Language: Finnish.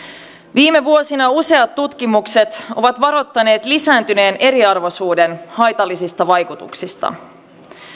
viime vuosina useat tutkimukset ovat varoittaneet lisääntyneen eriarvoisuuden haitallisista vaikutuksista